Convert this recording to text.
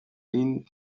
thin